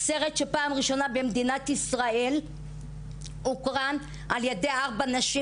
סרט שהוקרן פעם ראשונה במדינת ישראל על ידי ארבע נשים,